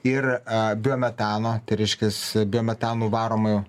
ir a biometano tai reiškias biometanu varomų